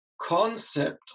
concept